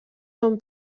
són